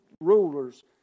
rulers